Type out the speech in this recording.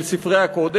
של ספרי הקודש,